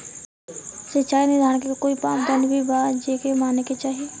सिचाई निर्धारण के कोई मापदंड भी बा जे माने के चाही?